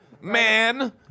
man